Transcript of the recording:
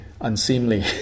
unseemly